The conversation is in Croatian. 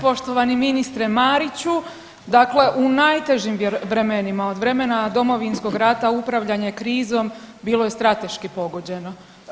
Poštovani ministre Mariću, dakle u najtežim vremenima od vremena Domovinskog rata, upravljanja krizom bilo je strateški pogođeno.